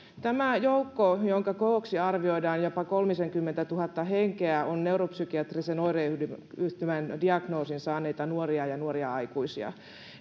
tämä joukko jonka kooksi arvioidaan jopa kolmisenkymmentätuhatta henkeä on neuropsykiatrisen oireyhtymän diagnoosin saaneita nuoria ja nuoria aikuisia